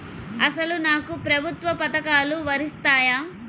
అసలు నాకు ప్రభుత్వ పథకాలు వర్తిస్తాయా?